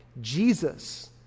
Jesus